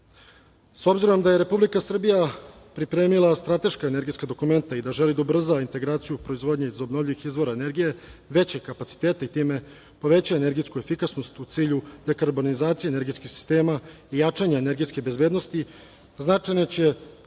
obzirom da je Republika Srbija pripremila strateška energetska dokumenta i da želi da ubrza integraciju u proizvodnji iz obnovljivih izvora energije, veće kapacitete i time poveća energetsku efikasnost u cilju dekarbonizacije energetskog sistema i jačanje energetske stabilnosti, značajno će